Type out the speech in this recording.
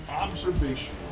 observation